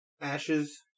Ashes